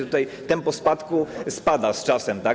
Tutaj tempo spadku spada z czasem, tak?